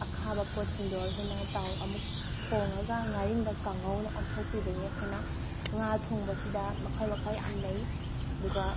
ꯑꯈꯥꯕ ꯄꯣꯠꯁꯤꯡꯗꯣ ꯑꯩꯈꯣꯏꯅ ꯇꯥꯎ ꯑꯃꯨꯛ ꯊꯣꯡꯉꯒ ꯉꯥꯔꯤꯡꯈꯥ ꯀꯥꯡꯉꯧ ꯑꯣꯏꯅ ꯑꯣꯟꯊꯣꯛꯄꯤꯕꯅꯤ ꯑꯩꯈꯣꯏꯅ ꯉꯥ ꯊꯣꯡꯕꯁꯤꯗ ꯃꯈꯜ ꯃꯈꯜ ꯌꯥꯝ ꯂꯩ ꯑꯗꯨꯒ